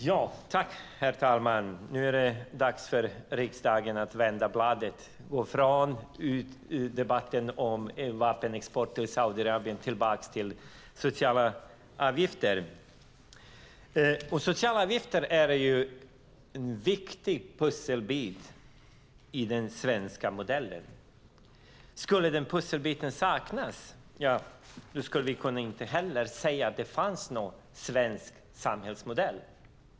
Herr talman! Nu är det dags för riksdagen att vända blad och gå från debatten om vapenexport till Saudiarabien tillbaka till debatten om sociala avgifter. Sociala avgifter är en viktig pusselbit i den svenska modellen. Skulle den pusselbiten saknas skulle vi inte heller kunna säga att det fanns någon svensk samhällsmodell.